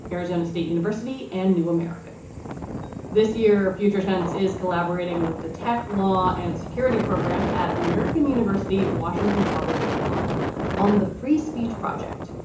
arizona state university and new america this year. future tense is collaborating with the tech law and security program at american university washington college of law on the free speech project,